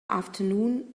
afternoon